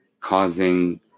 causing